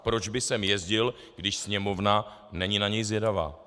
Proč by sem jezdil, když Sněmovna není na něj zvědavá?